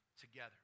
together